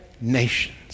nations